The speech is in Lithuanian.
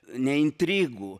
ne intrigų